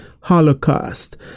Holocaust